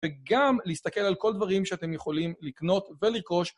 וגם להסתכל על כל דברים שאתם יכולים לקנות ולרכוש.